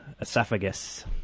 esophagus